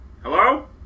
Hello